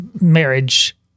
marriage